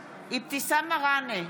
מראענה,